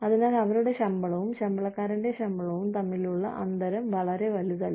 അതിനാൽ അവരുടെ ശമ്പളവും ശമ്പളക്കാരന്റെ ശമ്പളവും തമ്മിലുള്ള അന്തരം വളരെ വലുതല്ല